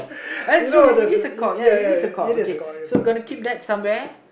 that's true it is a call ya it is a call okay so gonna keep that some where